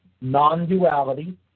non-duality